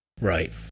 Right